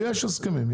יש הסכמים.